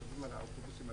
צובאים על האוטובוסים.